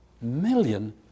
million